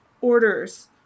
orders